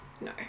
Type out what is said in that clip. No